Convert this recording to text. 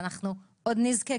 ואנחנו עוד נזכה,